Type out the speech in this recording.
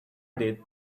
did